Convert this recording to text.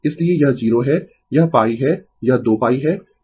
इसलिए यह 0 है यह π है यह 2 π है